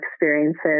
experiences